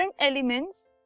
elements